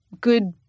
good